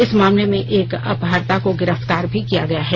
इस मामले में एक अपहर्ता को भी गिरफ्तार किया गया है